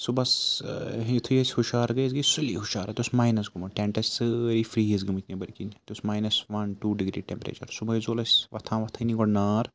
صُبحس یُتھُے أسۍ ہُشار گٔے أسۍ گٔے سُلی ہُشار اَتہِ اوس ماینَس گوٚمُت ٹٮ۪نٛٹ ٲسۍ سٲری فِرٛیٖز گٔمٕتۍ نیٚبٕرۍ کِنۍ اَتہِ اوس minus one two degree temperature صُبحٲے زول اَسہِ وۄتھان وۄتھٲنی گۄڈٕ نار